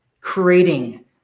creating